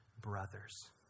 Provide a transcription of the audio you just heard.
brothers